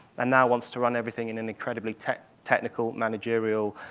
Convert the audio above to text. and now wants to run everything in an incredibly technical, managerial,